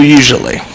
usually